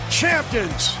champions